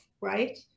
right